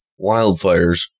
wildfires